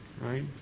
right